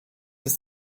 des